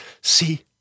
See